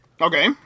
Okay